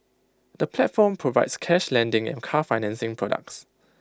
the platform provides cash lending and car financing products